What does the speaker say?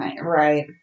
Right